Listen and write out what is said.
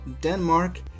Denmark